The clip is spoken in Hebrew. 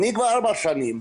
כבר ארבע שנים,